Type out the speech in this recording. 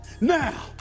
Now